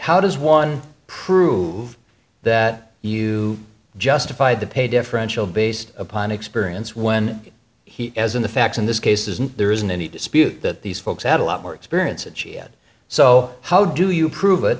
how does one prove that you justified the pay differential based upon experience when he was in the facts in this case isn't there isn't any dispute that these folks had a lot more experience so how do you prove it